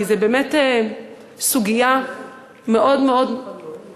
כי זה באמת סוגיה שמבחינתי היא מאוד חמורה,